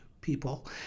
people